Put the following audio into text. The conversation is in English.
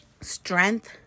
strength